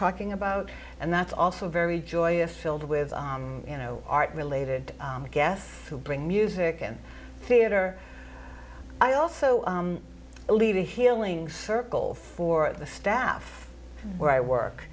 talking about and that's also very joyous filled with you know art related i guess to bring music and theater i also lead a healing circle for the staff where i work